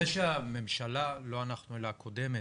זה שהממשלה, לא אנחנו אלא הקודמת,